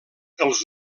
els